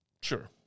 Sure